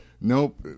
Nope